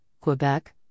Quebec